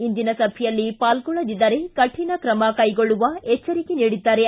ಇಂದಿನ ಸಭೆಯಲ್ಲಿ ಪಾಲ್ಗೊಳ್ಳದಿದ್ದರೆ ಕಠಿಣ ಕ್ರಮ ಕೈಗೊಳ್ಳುವ ಎಚ್ಚರ ನೀಡಿದ್ದಾರೆ